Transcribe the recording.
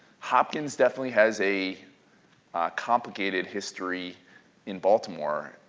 hopkins definitely has a complicated history in baltimore.